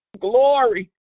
Glory